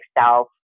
self